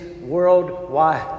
worldwide